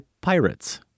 pirates